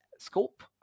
scope